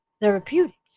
therapeutics